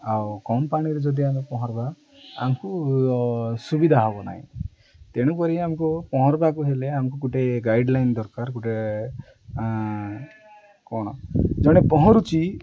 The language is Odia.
ଆଉ କମ୍ ପାଣିରେ ଯଦି ଆମେ ପହଁରିବା ଆମକୁ ସୁବିଧା ହବ ନାହିଁ ତେଣୁକରି ଆମକୁ ପହଁରିବାକୁ ହେଲେ ଆମକୁ ଗୋଟେ ଗାଇଡ଼ଲାଇନ୍ ଦରକାର ଗୋଟେ କ'ଣ ଜଣେ ପହଁରୁଛି